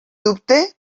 dubte